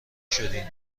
شدین